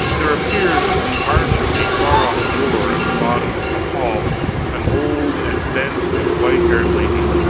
there appeared under the arch of the far-off door at the bottom of the hall an old and bent and white-haired lady,